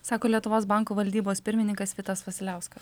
sako lietuvos banko valdybos pirmininkas vitas vasiliauskas